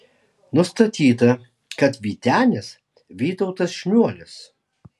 nustatyta kad vytenis vytautas šniuolis